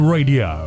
Radio